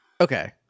Okay